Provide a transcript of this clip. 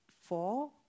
four